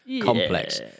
complex